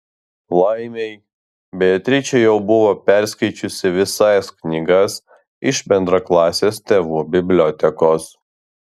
laimei beatričė jau buvo perskaičiusi visas knygas iš bendraklasės tėvų bibliotekos